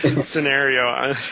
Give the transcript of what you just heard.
scenario